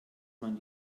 man